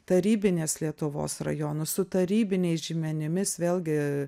tarybinės lietuvos rajonus su tarybiniais žymenimis vėlgi